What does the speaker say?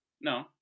No